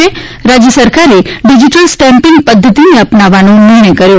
રાજ્ય સરકારે digital stamping પદ્ધતિને અપનાવવાનો નિર્ણય કર્યો